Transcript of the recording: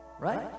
right